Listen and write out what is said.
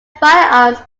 firearms